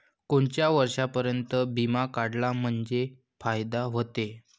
कोनच्या वर्षापर्यंत बिमा काढला म्हंजे फायदा व्हते?